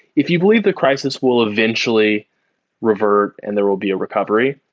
if you believe the crisis will eventually revert and there will be a recovery,